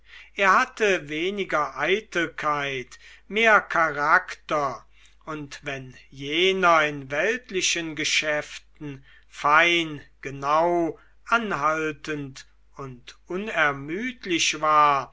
er hatte weniger eitelkeit mehr charakter und wenn jener in weltlichen geschäften fein genau anhaltend und unermüdlich war